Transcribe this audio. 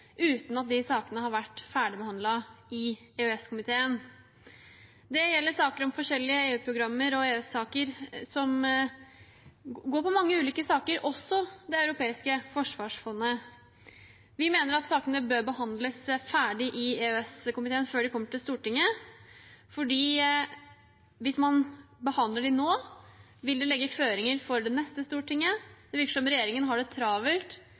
uten at de sakene har vært ferdigbehandlet i EØS-komiteen. Dette gjelder saker om forskjellige EU-programmer og EØS-saker, mange ulike saker, også om Det europeiske forsvarsfondet. Vi mener at sakene bør behandles ferdig i EØS-komiteen før de kommer til Stortinget, for hvis man behandler dem nå, vil det legge føringer for det neste stortinget. Det virker som om regjeringen har det travelt